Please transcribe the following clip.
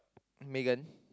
Megan